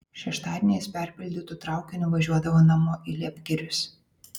šeštadieniais perpildytu traukiniu važiuodavo namo į liepgirius